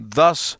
thus